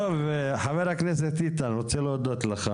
טוב, חבר הכנסת איתן, אני רוצה להודות לך.